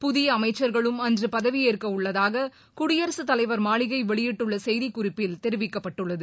புதிய அமைச்சர்களும் அன்றுபதவியேற்கவுள்ளதாககுடியரசுத் தலைவர் மாளிகைவெளியிட்டுள்ளசெய்திக் குறிப்பில் தெரிவிக்கப்பட்டுள்ளது